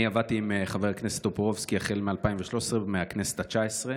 אני עבדתי עם חבר הכנסת טופורובסקי החל מ-2013 ומהכנסת התשע-עשרה.